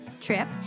Trip